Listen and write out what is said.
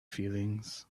feelings